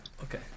Okay